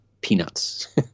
peanuts